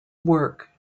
work